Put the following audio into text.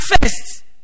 first